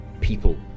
people